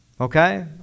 Okay